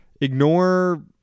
ignore